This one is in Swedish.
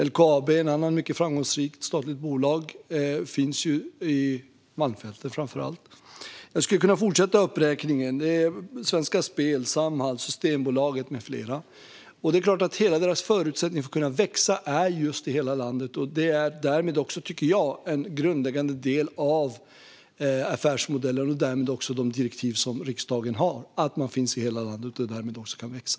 LKAB, ett annat mycket framgångsrikt statligt bolag, finns framför allt i Malmfälten. Jag skulle kunna fortsätta uppräkningen: Svenska Spel, Samhall, Systembolaget med flera. Det är klart att hela deras förutsättning att växa är just i hela landet. Jag tycker att det därmed är en grundläggande del av affärsmodellen och därigenom också de direktiv som riksdagen har att bolagen finns i hela landet och att hela landet i och med det också kan växa.